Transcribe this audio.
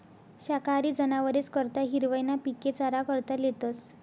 शाकाहारी जनावरेस करता हिरवय ना पिके चारा करता लेतस